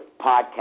podcast